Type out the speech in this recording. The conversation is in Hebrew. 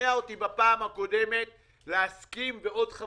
גם יגיע לפה יושב-ראש הכנסת לשעבר,